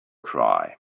cry